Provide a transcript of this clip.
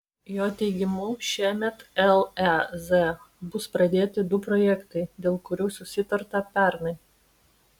jo teigimu šiemet lez bus pradėti du projektai dėl kurių susitarta pernai